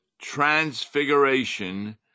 transfiguration